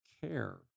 care